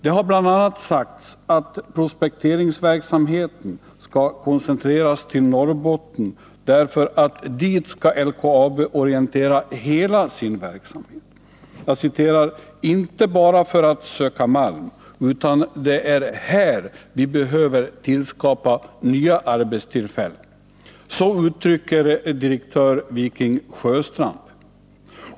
Det har bl.a. sagts att prospekteringsverksamheten skall koncentreras till Norrbotten — dit skall LKAB orientera hela sin verksamhet. ”Inte bara för att söka malm — utan det är här vi behöver tillskapa nya arbetstillfällen.” Så uttrycker direktör Wiking Sjöstrand det.